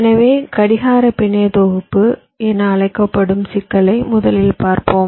எனவே கடிகார பிணைய தொகுப்பு என அழைக்கப்படும் சிக்கலை முதலில் பார்ப்போம்